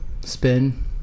spin